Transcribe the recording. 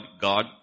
God